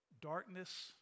darkness